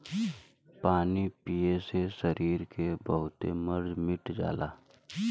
पानी पिए से सरीर के बहुते मर्ज मिट जाला